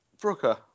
Brooker